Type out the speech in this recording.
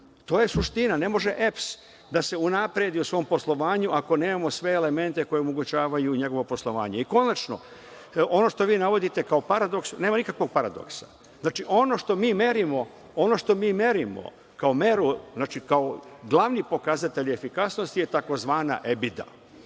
To je suština. Ne može EPS da se unapredi u svom poslovanju ako nemamo sve elemente koji omogućavaju njegovo poslovanje. Konačno, ono što vi navodite kao paradoks, nema nikakvog paradoksa. Znači, ono što mi merimo kao meru, kao glavni pokazatelj efikasnosti je takozvana EBITDA.